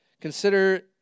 Consider